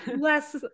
less